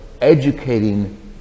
educating